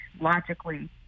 logically